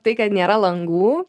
tai kad nėra langų